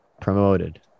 promoted